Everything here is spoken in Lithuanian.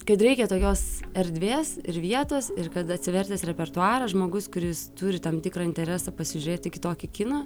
kad reikia tokios erdvės ir vietos ir kad atsivertęs repertuarą žmogus kuris turi tam tikrą interesą pasižiūrėti kitokį kiną